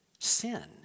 sin